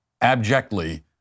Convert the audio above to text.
abjectly